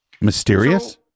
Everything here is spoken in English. Mysterious